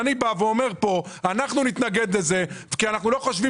אני אומר כאן שאנחנו נתנגד לזה כי אנחנו לא חושבים